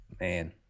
man